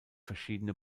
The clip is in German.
verschiedene